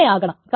അങ്ങനെയാകണം